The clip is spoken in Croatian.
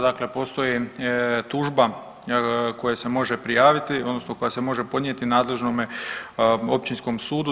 Dakle, postoji tužba koja se može prijaviti odnosno koja se može podnijeti nadležnome Općinskom sudu.